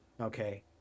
Okay